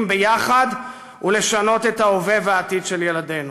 יחד ולשנות את ההווה והעתיד של ילדינו.